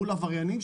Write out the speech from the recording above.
מול עבריינים,